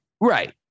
Right